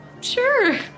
Sure